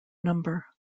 number